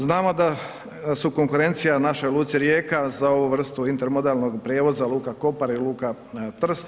Znamo da su konkurencija našoj luci Rijeka za ovu vrstu intermodelnog prijevoza, luka Kopar i luka Trst.